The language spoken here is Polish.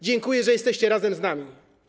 Dziękuję, że jesteście razem z nami.